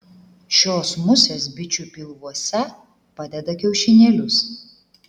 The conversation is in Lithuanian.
šios musės bičių pilvuose padeda kiaušinėlius